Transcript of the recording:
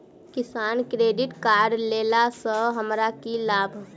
किसान credit card लेला सऽ हमरा की लाभ?